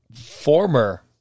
former